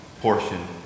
portion